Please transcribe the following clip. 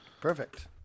perfect